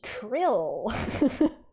krill